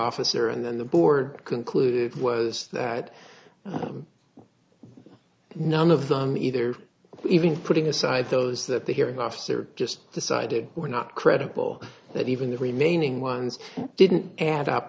officer and then the board concluded was that none of them either even putting aside those that the hearing officer just decided we're not credible that even the remaining ones didn't add up